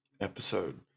episode